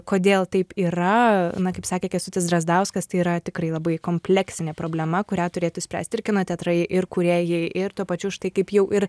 kodėl taip yra na kaip sakė kęstutis drazdauskas tai yra tikrai labai kompleksinė problema kurią turėtų spręst ir kino teatrai ir kūrėjai ir tuo pačiu štai kaip jau ir